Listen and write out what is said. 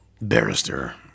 barrister